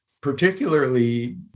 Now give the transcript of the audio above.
particularly